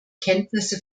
kenntnisse